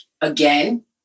again